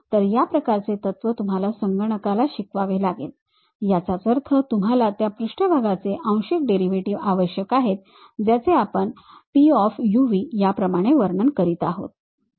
तर या प्रकारचे तत्त्व तुम्हाला संगणकाला शिकवावे लागेल याचाच अर्थ तुम्हाला त्या पृष्ठभागाचे आंशिक डेरिव्हेटिव्ह आवश्यक आहेत ज्याचे आपण Puv या प्रमाणे वर्णन करीत आहोत